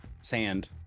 sand